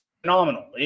phenomenal